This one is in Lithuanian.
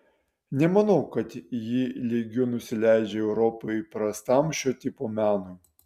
nemanau kad ji lygiu nusileidžia europoje įprastam šio tipo menui